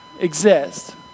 exist